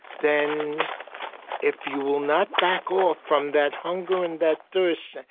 then if you will not back off from that hunger and that thirst,